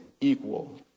equal